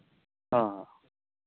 ᱦᱮᱸ